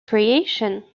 creation